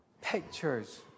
pictures